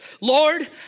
Lord